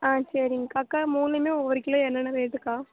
ஆ சரிங்கக்கா அக்கா மூணுமே ஒவ்வொரு கிலோ என்னென்ன ரேட்டுக்கா